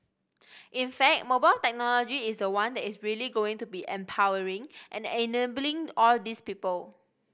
in fact mobile technology is the one that is really going to be empowering and enabling all these people